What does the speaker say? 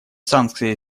санкции